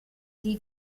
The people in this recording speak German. die